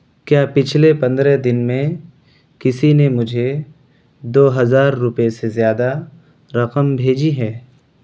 کیا پچھلے پندرہ دن میں کسی نے مجھے دو ہزار روپئے سے زیادہ رقم بھیجی ہے